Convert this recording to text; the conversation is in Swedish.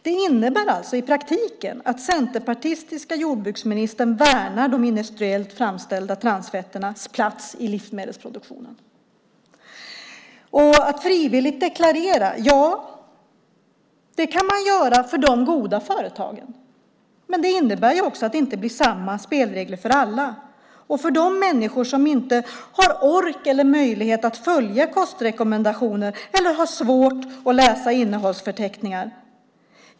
Det innebär i praktiken att den centerpartistiske jordbruksministern värnar de industriellt framställda transfetternas plats i livsmedelsproduktionen. När det gäller att frivilligt deklarera detta kan man göra det för de goda företagen. Men det innebär också att det inte blir samma spelregler för alla, inte heller för de människor som inte har ork eller möjlighet att följa kostrekommendationer eller har svårt att läsa innehållsförteckningar.